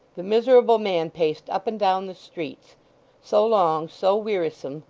the miserable man paced up and down the streets so long, so wearisome,